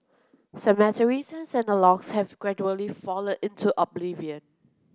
cemeteries and have gradually fallen into oblivion